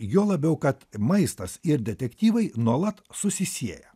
juo labiau kad maistas ir detektyvai nuolat susisieja